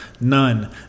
None